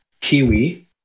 Kiwi